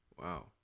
Wow